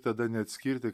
tada neatskirti